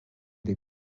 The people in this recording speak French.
les